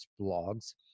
blogs